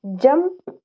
jump